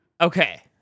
okay